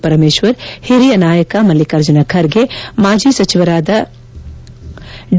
ಪರಮೇಶ್ವರ್ ಓರಿಯ ನಾಯಕ ಮಲ್ಲಿಕಾರ್ಜುನ ಖರ್ಗೆ ಮಾಜಿ ಸಚಿವರಾದ ಡಿ